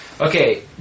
Okay